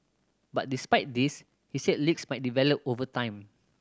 but despite this he said leaks might develop over time